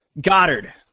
Goddard